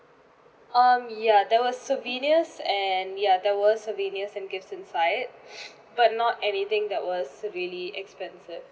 um ya there were souvenirs and ya there were souvenirs and gifts inside but not anything that was really expensive